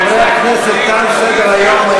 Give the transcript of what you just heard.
חברי הכנסת, תם סדר-היום.